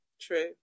true